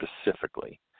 specifically